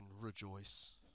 rejoice